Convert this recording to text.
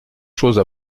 chose